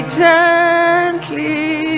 gently